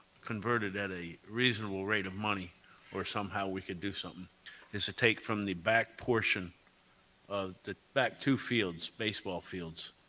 converted at a reasonable rate of money or somehow we could do something is to take from the back portion of the the back two fields, baseball fields,